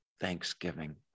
thanksgiving